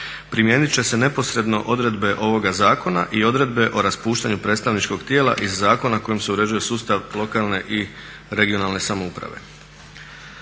primijenit će se neposredno odredbe ovoga zakona i odredbe o raspuštanju predstavničkog tijela iz zakona kojim se uređuje sustav lokalne i regionalne samouprave.